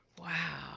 Wow